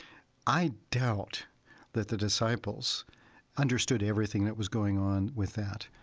i doubt that the disciples understood everything that was going on with that.